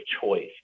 choice